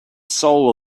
soul